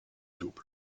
double